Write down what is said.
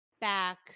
back